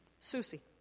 Susie